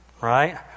right